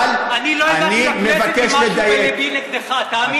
אבל אני מבקש לדייק.